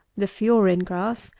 the fiorin grass,